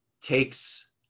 takes